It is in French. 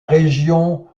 région